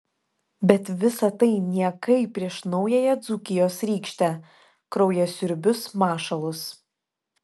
bet visa tai niekai prieš naująją dzūkijos rykštę kraujasiurbius mašalus